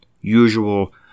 usual